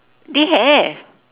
they have